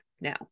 now